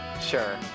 Sure